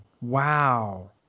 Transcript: Wow